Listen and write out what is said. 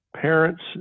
Parents